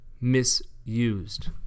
misused